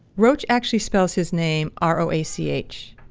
rauch actually spells his name r o a c h.